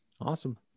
Awesome